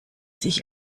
sich